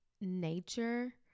nature